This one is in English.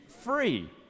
free